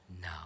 now